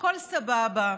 הכול סבבה.